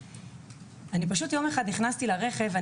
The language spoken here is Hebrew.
יום אחד נכנסתי לרכב,